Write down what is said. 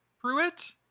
Pruitt